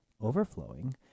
overflowing